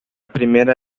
primera